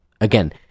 Again